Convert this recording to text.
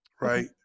Right